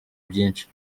byinshi